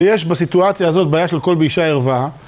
יש בסיטואציה הזאת בעיה של קול באישה ערווה.